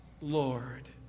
Lord